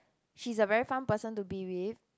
she's a very fun person to be with